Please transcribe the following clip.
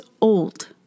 old